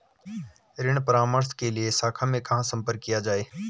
ऋण परामर्श के लिए शाखा में कहाँ संपर्क किया जाए?